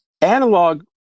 analog